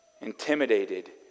intimidated